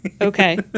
Okay